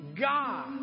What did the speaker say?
God